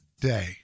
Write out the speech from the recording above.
day